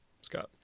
Scott